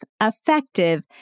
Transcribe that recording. effective